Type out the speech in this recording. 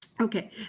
Okay